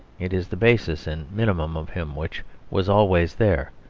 it is the basis and minimum of him which was always there.